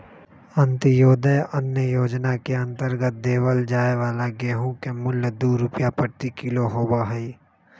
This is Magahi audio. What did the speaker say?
अंत्योदय अन्न योजना के अंतर्गत देवल जाये वाला गेहूं के मूल्य दु रुपीया प्रति किलो होबा हई